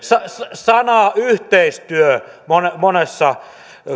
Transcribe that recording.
sana yhteistyö monessa monessa